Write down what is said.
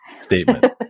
statement